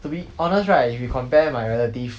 to be honest right if you compare my relative